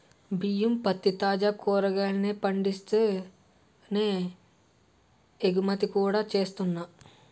బియ్యం, పత్తి, తాజా కాయగూరల్ని పండిస్తూనే ఎగుమతి కూడా చేస్తున్నా